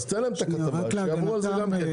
אז תן להם את הכתבה, שיעברו על זה גם כן.